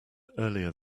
earlier